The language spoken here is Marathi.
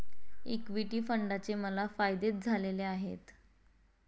इक्विटी फंडाचे मला फायदेच झालेले आहेत